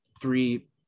three